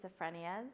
Schizophrenias